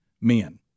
men